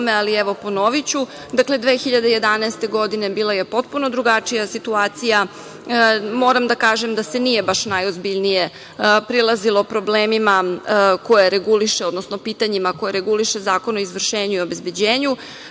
ali, evo, ponoviću. Dakle, 2011. godine bila je potpuno drugačija situacija. Moram da kažem da se nije baš najozbiljnije prilazilo problemima koji reguliše, odnosno pitanjima koja reguliše Zakon o izvršenju i obezbeđenju.